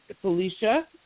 Felicia